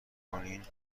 کنین